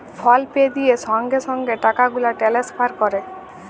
ফল pay দিঁয়ে সঙ্গে সঙ্গে টাকা গুলা টেলেসফার ক্যরে